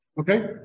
Okay